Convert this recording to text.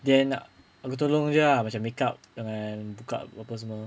then tolong tolong jer lah make up dengan tukar botol semua